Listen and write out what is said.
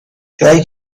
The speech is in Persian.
جایی